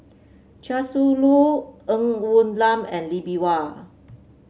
Chia Shi Lu Ng Woon Lam and Lee Bee Wah